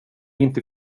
inte